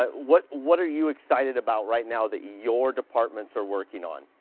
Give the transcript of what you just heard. ah what what are you excited about right now that your departments are working on?